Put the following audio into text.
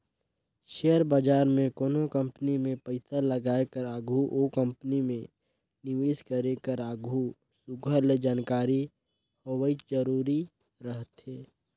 share बजार में कोनो कंपनी में पइसा लगाए कर आघु ओ कंपनी में निवेस करे कर आघु सुग्घर ले जानकारी होवई जरूरी रहथे